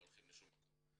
לא הולכים לשום מקום,